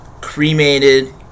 cremated